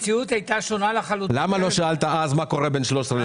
משרד האוצר,